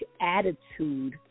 attitude